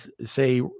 say